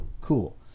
cool